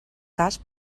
cas